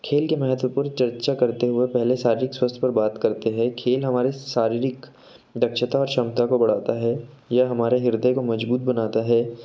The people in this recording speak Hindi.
खेल के महत्व पर चर्चा करते हुए पहले शारीरिक स्वास्थ्य पर बात करते हैं खेल हमारे शारीरिक दक्षता और क्षमता को बढ़ाता है यह हमारे हृदय को मज़बूत बनाता है